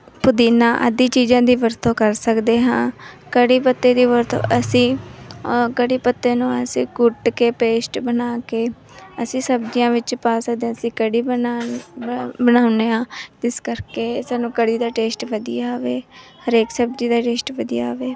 ਪੁਦੀਨਾ ਆਦਿ ਚੀਜ਼ਾਂ ਦੀ ਵਰਤੋਂ ਕਰ ਸਕਦੇ ਹਾਂ ਕੜੀ ਪੱਤੇ ਦੀ ਵਰਤੋਂ ਅਸੀਂ ਕੜੀ ਪੱਤੇ ਨੂੰ ਅਸੀਂ ਕੁੱਟ ਕੇ ਪੇਸਟ ਬਣਾ ਕੇ ਅਸੀਂ ਸਬਜ਼ੀਆਂ ਵਿੱਚ ਪਾ ਸਕਦੇ ਅਸੀਂ ਕੜੀ ਬਣਾਉਣ ਬਣਾੳ ਬਣਾਉਂਦੇ ਹਾਂ ਜਿਸ ਕਰਕੇ ਸਾਨੂੰ ਕੜੀ ਦਾ ਟੇਸਟ ਵਧੀਆ ਆਵੇ ਹਰੇਕ ਸਬਜ਼ੀ ਦਾ ਟੇਸਟ ਵਧੀਆ ਆਵੇ